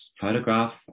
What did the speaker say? photograph